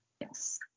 Yes